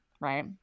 right